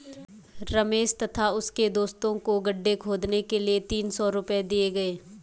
रमेश तथा उसके दोस्तों को गड्ढे खोदने के लिए तीन सौ रूपये दिए गए